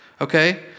okay